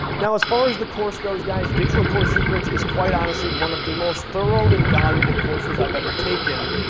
now as far as the course goes, guys, digital course secrets is quite honestly one of the most thorough and valuable courses i've ever taken,